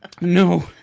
No